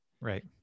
Right